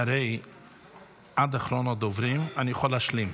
הרי עד אחרון הדוברים אני יכול להשלים,